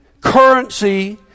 currency